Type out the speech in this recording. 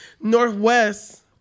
Northwest